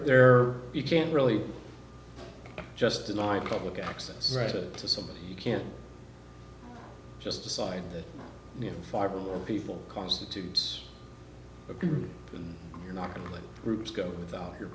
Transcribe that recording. there you can really just deny public access right or to somebody you can't just decide you know five or more people constitutes a group and you're not going to groups go without your